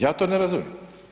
Ja to ne razumijem.